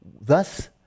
Thus